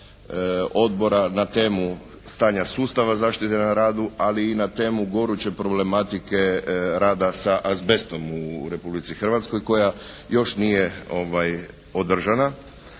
Odbora na temu stanja sustava zaštite na radu, ali i na temu goruće problematike rada sa azbestom u Republici Hrvatskoj koja još nije održana.